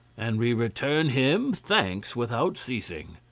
and we return him thanks without ceasing.